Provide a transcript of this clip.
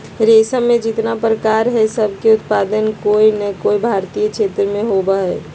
रेशम के जितना प्रकार हई, सब के उत्पादन कोय नै कोय भारतीय क्षेत्र मे होवअ हई